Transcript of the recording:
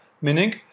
meaning